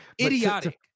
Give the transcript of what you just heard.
idiotic